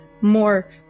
more